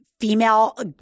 female